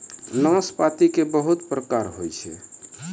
नाशपाती के बहुत प्रकार होय छै